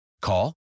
Call